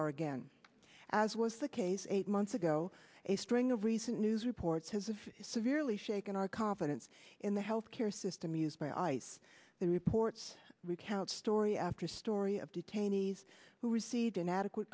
are again as was the case eight months ago a string of recent news reports has of severely shaken our confidence in the health care system used by ice the reports recounts story after story of detainees who received inadequate